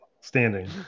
standing